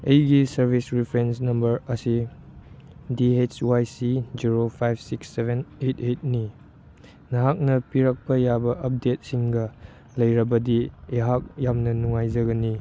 ꯑꯩꯒꯤ service reference number ꯑꯁꯤ D S Y C zero five six seven eight ꯑꯩꯠꯅꯤ ꯅꯍꯥꯛꯅ ꯄꯤꯔꯛꯄ ꯌꯥꯕ ꯑꯞꯗꯦꯠꯁꯤꯡꯒ ꯂꯩꯔꯕꯗꯤ ꯑꯩꯍꯥꯛ ꯌꯥꯝꯅ ꯅꯨꯡꯉꯥꯏꯖꯒꯅꯤ